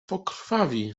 pokrwawi